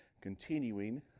continuing